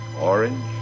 orange